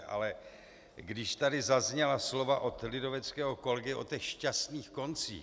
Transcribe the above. Ale když tady zazněla slova od lidoveckého kolegy o těch šťastných koncích...